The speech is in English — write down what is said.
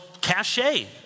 cachet